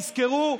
תזכרו,